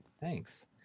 thanks